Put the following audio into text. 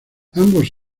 ambos